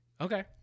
Okay